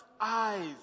eyes